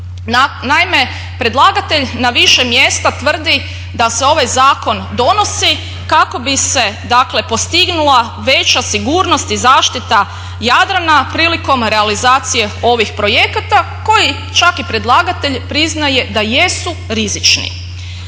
Naime, predlagatelj na više mjesta tvrdi da se ovaj zakon donosi kako bi se dakle postigla veća sigurnost i zaštita Jadrana prilikom realizacije ovih projekata koji čak i predlagatelj priznaje da jesu rizični.